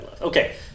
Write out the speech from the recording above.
okay